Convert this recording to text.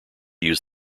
use